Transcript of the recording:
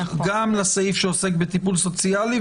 גם לסעיף שעוסק בטיפול סוציאלי,